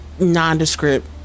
nondescript